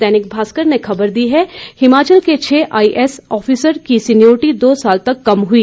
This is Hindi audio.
दैनिक भास्कर ने खबर दी है हिमाचल के छह आईएएस अफसरों की सीनियोरिटी दो साल तक कम हुई